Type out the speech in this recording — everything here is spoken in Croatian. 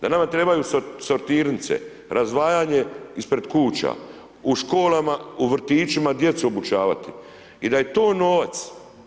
Da nama trebaju sortirnice, razdvajanje ispred kuća, u školama, u vrtićima djecu obučavati i da je to novac.